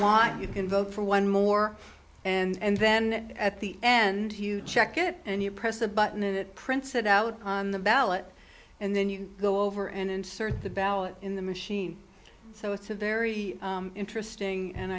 want you can vote for one more and then at the end who check it and you press a button and it prints it out on the ballot and then you go over and insert the ballot in the machine so it's a very interesting and